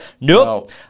Nope